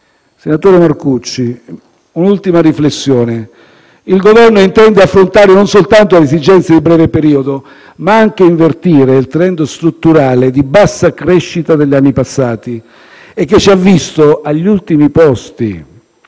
Senatore Marcucci, un'ultima riflessione: il Governo intende affrontare non soltanto le esigenze di breve periodo, ma anche invertire il *trend* strutturale di bassa crescita degli anni passati e che ci ha visto agli ultimi posti